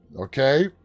Okay